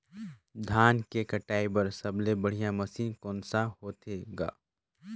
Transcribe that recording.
धान के कटाई बर सबले बढ़िया मशीन कोन सा होथे ग?